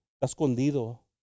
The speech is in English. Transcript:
escondido